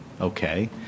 Okay